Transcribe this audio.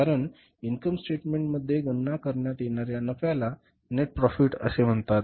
कारण income statement मध्ये गणना करण्यात येणाऱ्या नफ्याला नेट प्रॉफिट असे म्हणतात